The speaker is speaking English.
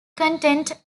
content